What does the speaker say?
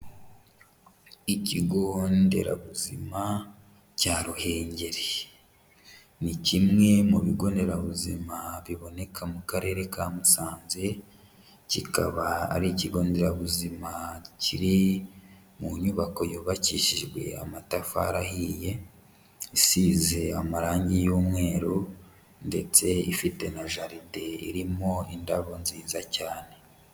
Ikigo nderabuzima cya Ruhengeri ni kimwe mu bigo nderabuzima biboneka mu karere ka Musanze, kikaba ari ikigo nderabuzima kiri mu nyubako yubakishijwe amatafari ahiye, isize amarangi y'umweru ndetse ifite na jaride irimo indabo nziza cyane.